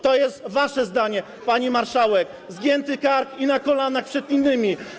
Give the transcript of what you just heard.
To jest wasze zdanie, pani marszałek - zgięty kark i na kolanach przed innymi.